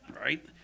right